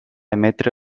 emetre